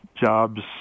jobs